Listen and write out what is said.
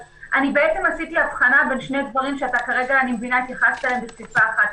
בעצם עשיתי הבחנה בין שני דברים שכרגע התייחסת אליהם בכפיפה אחת.